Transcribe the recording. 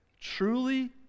truly